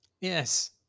Yes